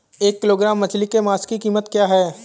एक किलोग्राम मछली के मांस की कीमत क्या है?